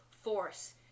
force